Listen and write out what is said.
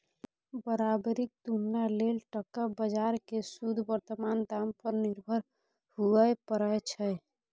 बराबरीक तुलना लेल टका बजार केँ शुद्ध बर्तमान दाम पर निर्भर हुअए परै छै